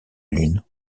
lune